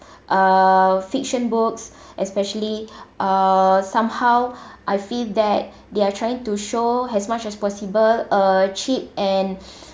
uh fiction books especially uh somehow I feel that they are trying to show as much as possible uh cheap and